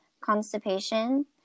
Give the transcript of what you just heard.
constipation